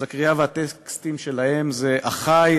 אז הקריאה והטקסטים שלהם זה: אחי,